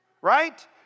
Right